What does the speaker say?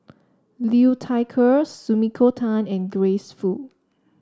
Liu Thai Ker Sumiko Tan and Grace Fu